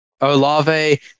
Olave